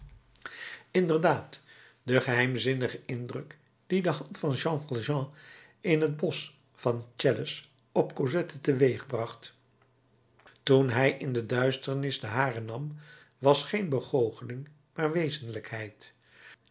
inderdaad de geheimzinnige indruk dien de hand van jean valjean in het bosch van chelles op cosette teweegbracht toen hij in de duisternis de hare nam was geen begoocheling maar wezenlijkheid